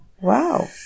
Wow